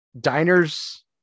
diners